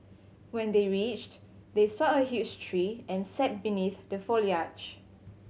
when they reached they saw a huge tree and sat beneath the foliage